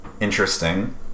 Interesting